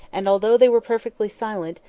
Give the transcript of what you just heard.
and, although they were perfectly silent,